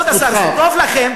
זאת זכותך.